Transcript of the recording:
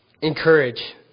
encourage